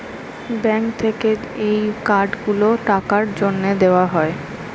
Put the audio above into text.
bank থেকে এই card গুলো টাকার জন্যে দেওয়া হয়